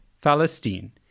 Palestine